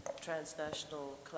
transnational